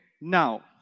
now